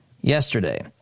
yesterday